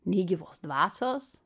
nei gyvos dvasios